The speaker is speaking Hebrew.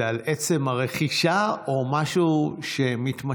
זה על עצם הרכישה או משהו מתמשך?